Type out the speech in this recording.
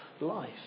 life